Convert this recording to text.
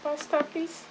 pasta please